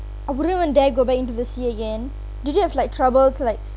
I wouldn't even dare go back into the sea again did you have like troubles like